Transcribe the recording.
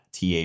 TA